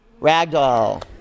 Ragdoll